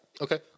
okay